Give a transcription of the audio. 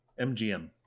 MGM